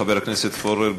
חבר הכנסת פורר,